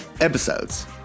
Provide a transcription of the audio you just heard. episodes